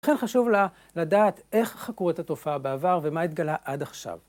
לכן חשוב לדעת איך חקרו את התופעה בעבר ומה התגלה עד עכשיו.